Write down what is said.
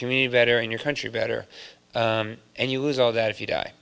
community better in your country better and you lose all that if you die